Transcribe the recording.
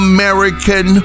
American